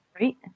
Right